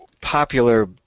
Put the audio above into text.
popular